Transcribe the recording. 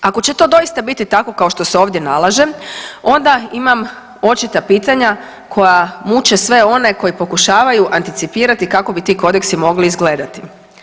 Ako će to doista biti tako kao što se ovdje nalaže onda imam očita pitanja koja muče sve one koji pokušavaju anticipirati kako bi ti kodeksi mogli izgledati.